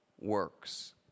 works